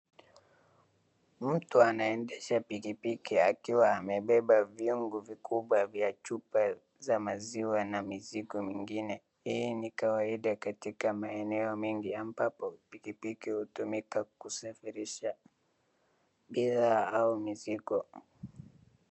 Mtu anaendesha pikipiki akiwa amebeba viungo vikubwa vya chupa za maziwa na mizigo mingine. Hii ni kawaida katika maeneo mengi ambapo pikipiki hutumika kusafirisha bidhaa au mizigo.